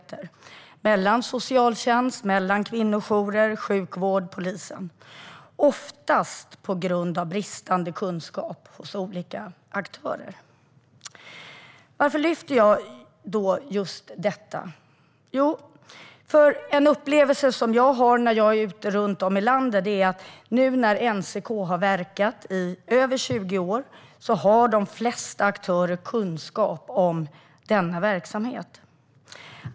Bristerna finns mellan socialtjänst, kvinnojourer, sjukvård och polis. Oftast beror det på bristande kunskap hos olika aktörer. Varför lyfter jag upp just detta? En upplevelse jag har fått från när jag har varit ute runt om i landet är att när nu NCK har verkat i över 20 år har de flesta aktörer kunskap om denna verksamhet.